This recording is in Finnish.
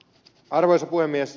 arvoisa puhemies